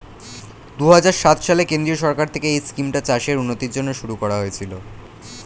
দুহাজার সাত সালে কেন্দ্রীয় সরকার থেকে এই স্কিমটা চাষের উন্নতির জন্য শুরু করা হয়েছিল